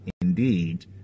indeed